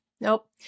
Nope